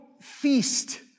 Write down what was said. feast